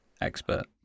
Expert